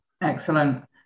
Excellent